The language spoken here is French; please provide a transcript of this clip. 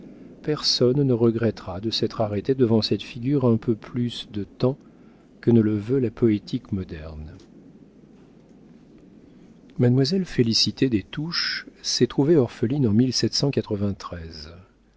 personne ne regrettera de s'être arrêté devant cette figure un peu plus de temps que ne le veut la poétique moderne mademoiselle félicité des touches s'est trouvée orpheline en